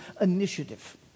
initiative